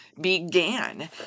began